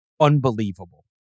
unbelievable